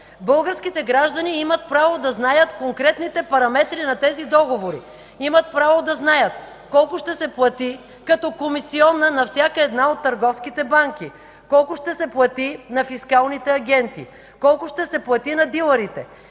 българските граждани имат право да знаят конкретните параметри на тези договори, имат право да знаят колко ще се плати като комисиона на всяка една от търговските банки, колко ще се плати на фискалните агенти, колко ще се плати на дилърите?